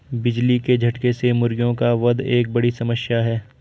बिजली के झटके से मुर्गियों का वध एक बड़ी समस्या है